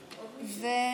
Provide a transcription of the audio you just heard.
בעד.